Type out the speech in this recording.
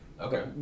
Okay